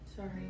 sorry